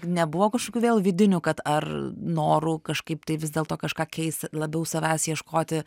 nebuvo kažkokių vėl vidinių kad ar norų kažkaip tai vis dėlto kažką keist labiau savęs ieškoti